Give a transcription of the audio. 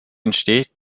entsteht